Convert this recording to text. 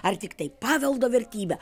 ar tiktai paveldo vertybė